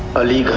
ali.